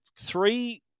three